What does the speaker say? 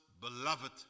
beloved